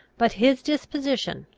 but his disposition,